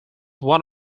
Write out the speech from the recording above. one